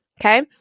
Okay